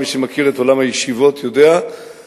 מי שמכיר את עולם הישיבות יודע שכשמסתכלים